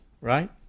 right